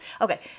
Okay